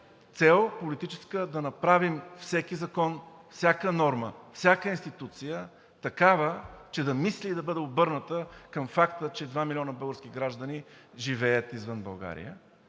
е политическата ни цел – да направим всеки закон, всяка норма, всяка институция такава, че да мисли да бъде обърната към факта, че два милиона български граждани живеят извън България,